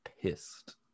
pissed